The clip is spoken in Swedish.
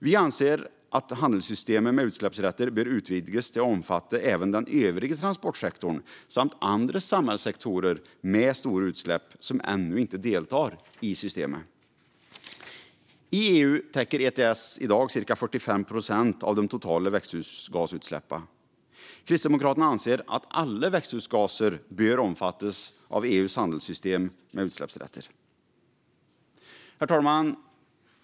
Vi anser att handelssystemet med utsläppsrätter bör utvidgas till att omfatta även den övriga transportsektorn samt andra samhällssektorer med stora utsläpp som ännu inte deltar i systemet. I EU täcker ETS i dag cirka 45 procent av de totala växthusgasutsläppen. Kristdemokraterna anser att alla växthusgaser bör omfattas av EU:s handelssystem med utsläppsrätter. Herr talman!